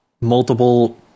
multiple